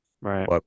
right